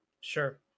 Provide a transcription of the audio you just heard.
Sure